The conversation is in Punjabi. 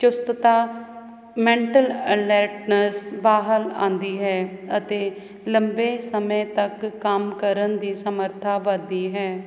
ਚੁਸਤਤਾ ਮੈਂਟਲ ਬਾਹਰ ਆਉਂਦੀ ਹੈ ਅਤੇ ਲੰਬੇ ਸਮੇਂ ਤੱਕ ਕੰਮ ਕਰਨ ਦੀ ਸਮਰਥਾ ਵਧਦੀ ਹੈ ਜੇਕਰ